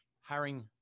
hiring